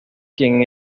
quien